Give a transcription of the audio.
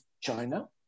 China